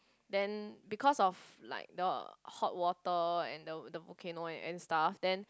then because of like the hot water and the the volcano and ant stuff then